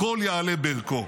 הכול יעלה בערכו.